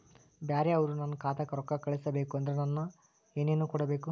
ಬ್ಯಾರೆ ಅವರು ನನ್ನ ಖಾತಾಕ್ಕ ರೊಕ್ಕಾ ಕಳಿಸಬೇಕು ಅಂದ್ರ ನನ್ನ ಏನೇನು ಕೊಡಬೇಕು?